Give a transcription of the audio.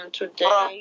today